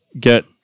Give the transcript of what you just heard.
get